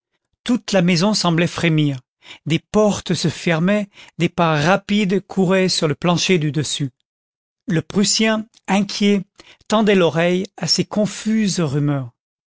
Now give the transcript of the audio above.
toute la maison semblait frémir des portes se fermaient des pas rapides couraient sur le plancher du dessus le prussien inquiet tendait l'oreille à ces confuses rumeurs